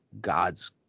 God's